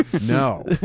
No